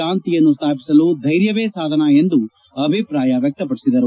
ಶಾಂತಿಯನ್ನು ಸ್ಥಾಪಿಸಲು ಧ್ಯೆರ್ಯವೇ ಸಾಧನ ಎಂದು ಅಭಿಪ್ರಾಯ ವ್ಯಕ್ತಪಡಿಸಿದರು